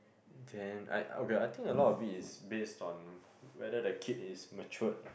then I okay I think a lot of it is based on whether the kid is mature